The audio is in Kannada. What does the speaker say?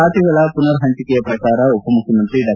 ಬಾತೆಗಳ ಪುನರ್ ಪಂಚಕೆಯ ಪ್ರಕಾರ ಉಪಮುಖ್ಯಮಂತ್ರಿ ಡಾ